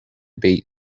beat